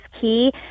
key